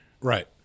Right